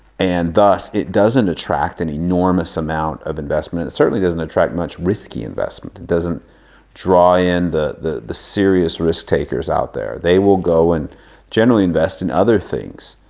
and thus it doesn't attract an enormous amount of investment. it certainly doesn't attract much risky investment. it doesn't draw in the the the serious risk takers out there. they will go and generally invest in other things.